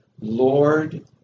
Lord